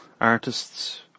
artists